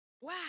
wow